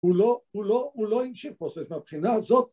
הוא לא, הוא לא, הוא לא המשיך פרוסס מהבחינה הזאת